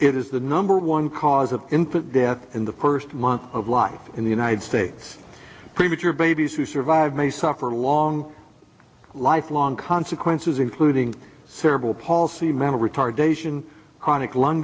it is the number one cause of infant death in the first month of life in the united states premature babies who survive may suffer long lifelong consequences including cerebral palsy mental retardation chronic lung